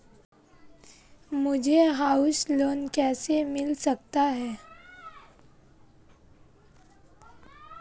मुझे house loan कैसे मिल सकता है?